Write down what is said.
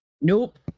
nope